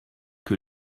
que